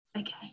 Okay